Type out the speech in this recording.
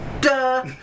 duh